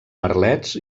merlets